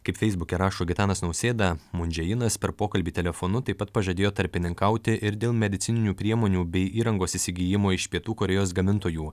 kaip feisbuke rašo gitanas nausėda mundžejinas per pokalbį telefonu taip pat pažadėjo tarpininkauti ir dėl medicininių priemonių bei įrangos įsigijimo iš pietų korėjos gamintojų